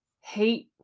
hate